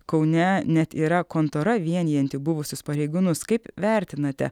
kaune net yra kontora vienijanti buvusius pareigūnus kaip vertinate